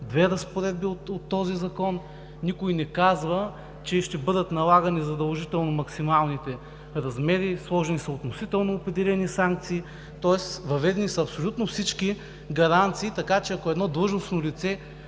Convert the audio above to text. две разпоредби от този закон. Никой не казва, че ще бъдат налагани задължително максималните размери, сложени са относително определени санкции. Тоест въведени са абсолютно всички гаранции, така че ако едно длъжностно лице,